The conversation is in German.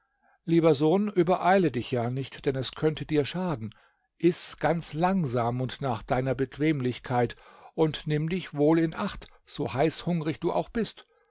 lieber sohn übereile dich ja nicht denn es könnte dir schaden iß ganz langsam und nach deiner bequemlichkeit und nimm dich wohl in acht so heißhungrig du auch bist